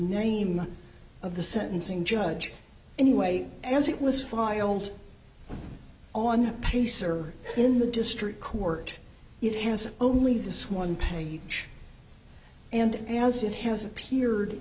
name of the sentencing judge anyway as it was filed on pacer in the district court it has only this one page and as it has appeared